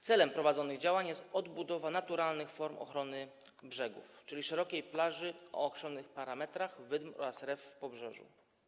Celem prowadzonych działań jest odbudowa naturalnych form ochrony brzegów, czyli szerokiej plaży o określonych parametrach wydm oraz stref w pobrzeżu.